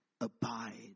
Abide